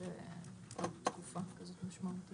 ולכן האומדן הוא כ-700 אלף שקל לרבעון,